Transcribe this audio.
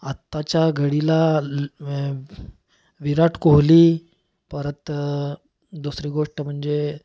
आताच्या घडीला विराट कोहली परत दुसरी गोष्ट म्हणजे